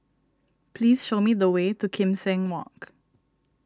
please show me the way to Kim Seng Walk